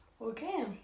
Okay